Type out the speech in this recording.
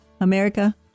America